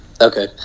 Okay